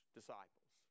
disciples